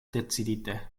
decidite